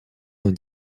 dans